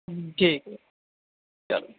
ٹھیک ہے چلو